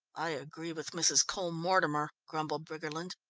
i agree with mrs. cole-mortimer, grumbled briggerland.